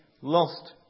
lost